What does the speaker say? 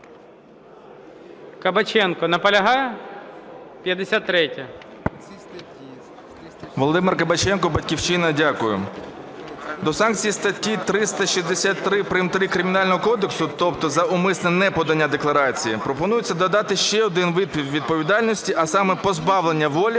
КАБАЧЕНКО В.В. Володимир Кабаченко, "Батьківщина". Дякую. До санкцій статті 363 прим. 3 Кримінального кодексу, тобто за умисне неподання декларації, пропонується додати ще один вид відповідальності, а саме позбавлення волі